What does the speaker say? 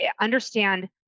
understand